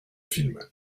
film